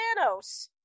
Thanos